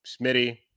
Smitty